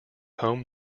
home